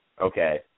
Okay